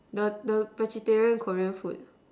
the the vegetarian Korean food